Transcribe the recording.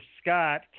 Scott